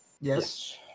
Yes